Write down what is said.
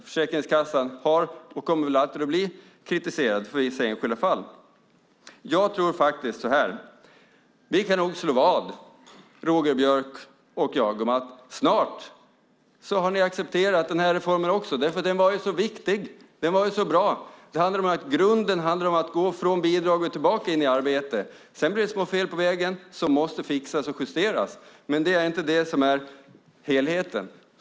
Försäkringskassan har och kommer väl alltid att bli kritiserad för vissa enskilda fall. Jag tror faktiskt att Patrik Björck och jag kan slå vad om att ni snart har accepterat den här reformen också. Den var ju så viktig. Den var ju så bra. Grunden handlar om att gå från bidrag tillbaka in i arbete. Sedan blir det små fel på vägen som måste fixas och justeras, men det är inte det som är helheten.